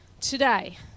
today